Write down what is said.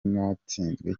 natsinzwe